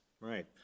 Right